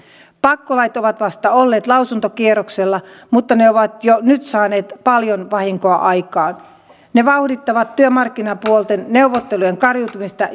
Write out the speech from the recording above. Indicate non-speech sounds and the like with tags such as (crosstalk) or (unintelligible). pakkolait ovat vasta olleet lausuntokierroksella mutta ne ovat jo nyt saaneet paljon vahinkoa aikaan ne vauhdittavat työmarkkinaosapuolten neuvottelujen kariutumista (unintelligible)